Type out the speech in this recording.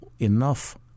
enough